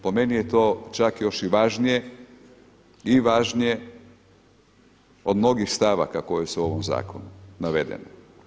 Po meni je to čak još i važnije, i važnije od mnogih stavaka koji su u ovom zakonu navedene.